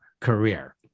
career